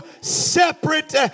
separate